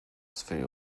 swej